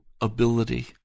ability